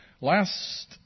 Last